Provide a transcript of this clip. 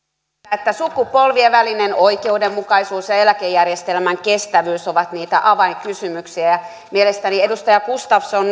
että sukupolvien välinen oikeudenmukaisuus ja eläkejärjestelmän kestävyys ovat niitä avainkysymyksiä mielestäni edustaja gustafsson